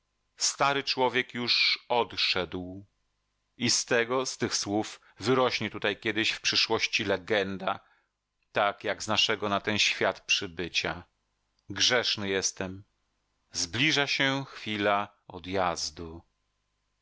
stary człowiek już odszedł i z tego z tych słów wyrośnie tutaj kiedyś w przyszłości legenda tak jak z naszego na ten świat przybycia grzeszny jestem zbliża się chwila odjazdu